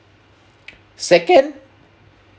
second